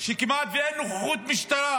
שכמעט ואין נוכחות משטרה